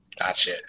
Gotcha